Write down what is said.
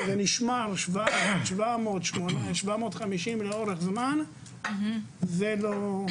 שזה נשמר 700-750 לאורך זמן זה לא,